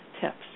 tips